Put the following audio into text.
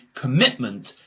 commitment